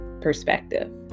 perspective